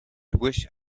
wished